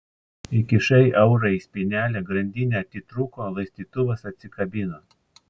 įkišai eurą į spynelę grandinė atitrūko laistytuvas atsikabino